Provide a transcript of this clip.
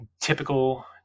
typical